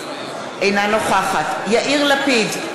אינה נוכחת יאיר לפיד,